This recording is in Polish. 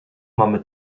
mamy